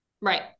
Right